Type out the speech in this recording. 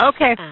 Okay